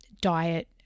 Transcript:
diet